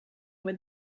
with